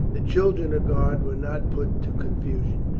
the children of god were not put to con fusion.